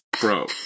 bro